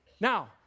Now